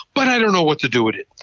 but i don't know what to do with it.